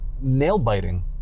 nail-biting